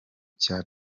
cya